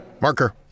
Marker